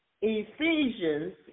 Ephesians